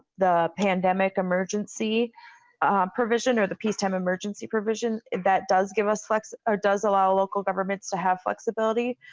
the pandemic emergency provision or the peacetime emergency provision that does give us wlex or does allow local governments to have flexibility.